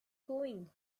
going